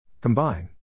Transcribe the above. Combine